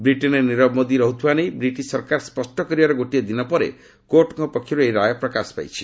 ବ୍ରିଟେନ୍ରେ ନୀରବ ମୋଦି ରହୁଥିବା ନେଇ ବ୍ରିଟିଶ ସରକାର ସ୍ୱଷ୍ଟ କରିବାର ଗୋଟିଏ ଦିନ ପରେ କୋର୍ଟଙ୍କ ପକ୍ଷରୁ ଏହି ରାୟ ପ୍ରକାଶ ପାଇଛି